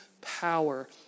power